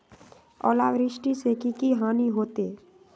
ओलावृष्टि से की की हानि होतै?